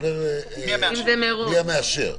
מי המאשר?